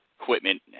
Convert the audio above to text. equipment